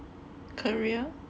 career